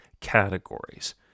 categories